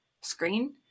screen